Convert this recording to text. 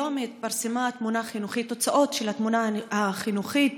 היום התפרסמו תוצאות של התמונה החינוכית